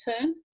turn